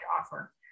offer